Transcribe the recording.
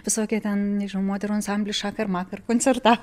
visokie ten nežinau moterų ansamblis šakar makar koncerta